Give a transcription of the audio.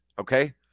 okay